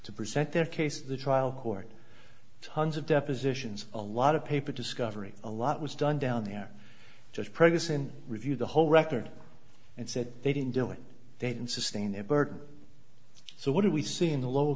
to present their case the trial court tons of depositions a lot of paper discovery a lot was done down there just purgason review the whole record and said they didn't do it they didn't sustain their burden so what do we see in the lower